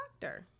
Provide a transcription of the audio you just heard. doctor